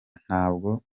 ntabwo